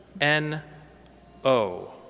N-O